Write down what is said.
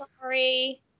sorry